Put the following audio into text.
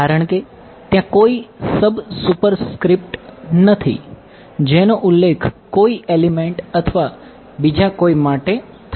કારણ કે ત્યાં કોઈ સબ સુપરસ્ક્રિપ્ટ અથવા બીજા કોઈ માટે થાય